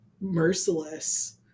merciless